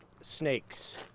Snakes